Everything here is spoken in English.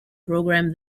program